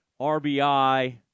RBI